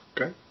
okay